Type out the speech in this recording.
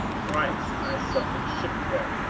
thrice i suffered shipwreck,